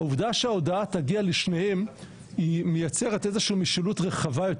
העובדה שההודעה תגיע לשניהם מייצרת איזה שהיא משילות רחבה יותר